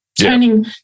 turning